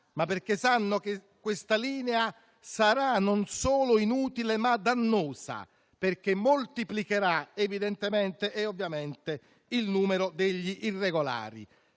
ma perché sanno che essa sarà non solo inutile, ma anche dannosa, perché moltiplicherà evidentemente e ovviamente il numero degli irregolari.